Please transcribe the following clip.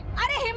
i um